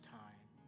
time